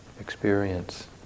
experience